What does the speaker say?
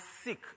sick